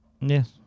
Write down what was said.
Yes